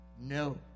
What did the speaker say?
No